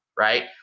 right